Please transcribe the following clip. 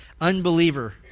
unbeliever